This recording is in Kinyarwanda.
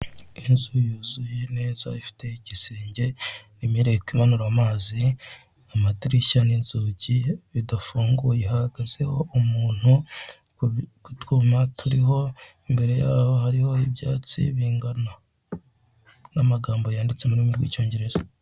Inzu yuzuye neza ifite igisenge imireko imanura amazi, amadirishya n'inzugi bidafunguye hahagazeho umuntu, utwuma turiho imbere yaho hariho ibyatsi bingana n'amagambo yanditse rurimi rw'Icyongereza.